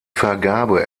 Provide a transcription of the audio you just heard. vergabe